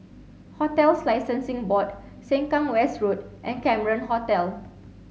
Hotels Licensing Board Sengkang West Road and Cameron Hotel